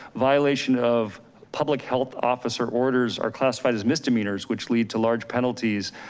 violation of public health officer orders are classified as misdemeanors, which lead to large penalties,